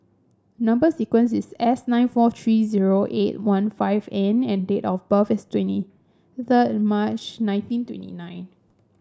number sequence is S nine four three zero eight one five N and date of birth is twenty third March nineteen twenty nine